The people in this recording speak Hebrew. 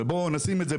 אין שום